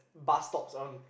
bus stops around